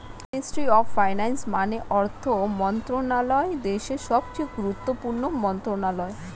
ministry of finance মানে অর্থ মন্ত্রণালয় দেশের সবচেয়ে গুরুত্বপূর্ণ মন্ত্রণালয়